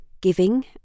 giving